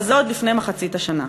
וזה עוד לפני מחצית השנה.